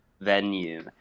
venue